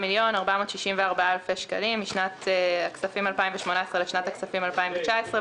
67,464,000 שקלים משנת הכספים 2018 לשנת הכספים 2019,